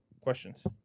questions